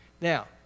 Now